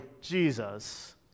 Jesus